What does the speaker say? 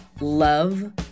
love